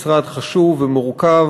זה משרד חשוב ומורכב.